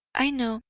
i know,